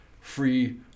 free